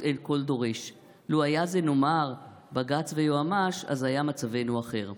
אין כל דורש / לו היה זה נאמר בג"ץ ויועמ"ש / אז היה מצבנו אחר.